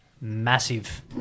massive